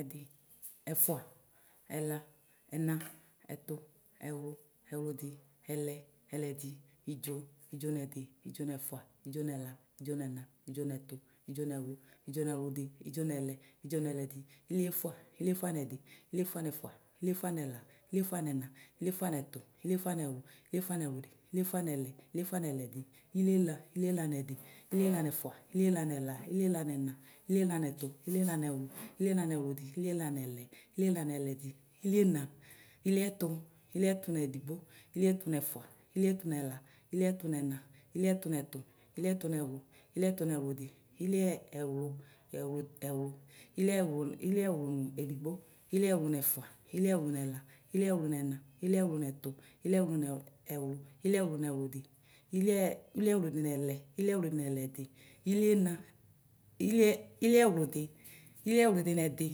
Ɛdɩ ɛfʋa ɛla ɛna ɛtʋ ɛwlʋ ɛwlʋdɩ ɛlɛ ɛlɛdɩ ɩdzo ɩdzonɛdɩ ɩdzonɛfʋa ɩdzonɛla ɩdzonɛna ɩdzonɛtʋ ɩdzonɛwlʋ ɩdzonɛwlʋdi ɩdzonɛlɛ ɩdzonɛlɛdi iliefʋa iliefʋa nʋ ɛdɩ iliefʋa nʋ ɛfʋa iliefʋ nʋ ɛla ilifʋa nʋ ɛna iliefʋa nʋ ɛtʋ iliefʋa nʋ ɛwlʋ iliefʋa nʋ ɛwlʋdɩ iliefʋa nʋ ɛlɛ iliefʋa nʋ ɛlɛdɩ inielǝ ilielɛ nɛdɩ ilielǝ nɛfʋa ilelǝ nɛla ilielɛ nɛna ilielǝ nɛtʋ ilielǝ nɛwlʋ ilielǝ nɛwlʋdɩ ilielǝ nɛlɛ ilielɛ nɛlɛdɩ iliena iliena nʋ ɛdɩ ilena nʋ ɛfʋa iliena nɛla iliena nɛna iliena nɛtʋ iliena nɛwlʋ iliena nɛwlʋdɩ iliena nɛlɛ iliena nɛlɛdɩ iliɛtʋ iliɛrʋ nedigbo iliɛtʋ nɛfʋa ikiɛtʋ nɛla iliɛtʋ nɛna iliɛtʋ nɛtʋ iliɛtʋ nɛwlʋ iliɛtʋ nɛwlʋdɩ ilietʋ nɛlɛ iliɛtʋ nɛlɛdɩ iliɛwlʋ iliɛwlʋ nedigbo iliɛwlʋ nɛfʋa iliɛwlʋ nɛla iliɛwlʋ nɛnɛ iliɛwlʋ nɛtʋ iliɛwlʋ nɛwlʋ iiiɛwlʋ nɛwlʋdɩ iliɛwlʋ nɛlɛ iliɛwlʋ nɛlɛdɩ iliena iliɛwlʋdɩ iliɛwlʋdɩ nɛdɩ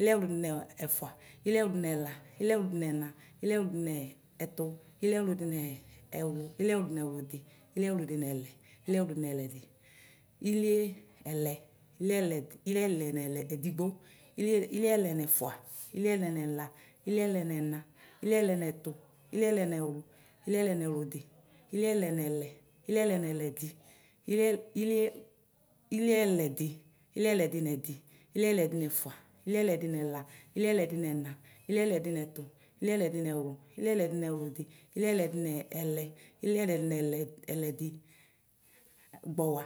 iliɛwlʋdɩ nɛfʋa ilɛwlʋdɩ nɛla iliɛwlʋdɩ nɛna iliɛwlʋdɩ nɛtʋ iliɛwlʋdɩ nɛwlʋ iliɛwlʋdɩ nɛwlʋdɩ iliɛwlʋdɩ nɛlɛ iliɛwlʋdɩ nɛlɛdɩ iliɛlɛ iliɛlɛ nedigbo iliɛlɛ nɛfʋa iliɛlɛ nɛla iliɛlɛ nɛna iliɛlɛ nɛtʋ iliɛlɛ nɛwlʋ iliɛlɛ nɛwlʋdɩ iliɛlɛ nɛlɛ iliɛlɛ nɛlɛdɩ iliɛlɛdɩ iliɛlɛdɩ nɛdɩ iliɛlɛdɩ nɛfʋa iliɛlɛdɩ nɛla iliɛlɛdɩ nɛna iliɛlɛdɩ nɛtʋ iliɛlɛdɩ nɛwlʋ iliɛlɛdɩ nɛwlʋdɩ iliɛlɛdɩ nɛlɛ iliɛlɛdɩ nɛlɛdɩ gbɔwa.